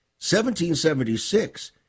1776